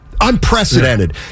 unprecedented